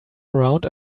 around